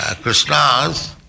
Krishna's